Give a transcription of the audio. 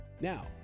Now